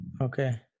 Okay